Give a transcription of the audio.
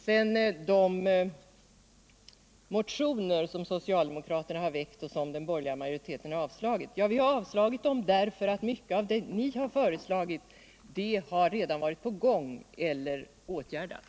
Beträffande de motioner som socialdemokraterna har väckt och som den borgerliga utskottsmajoriteten avstyrkt vill jag säga, att anledningen till vårt avstyrkande är att mycket av det som ni har föreslagit redan är på gång eller är åtgärdat.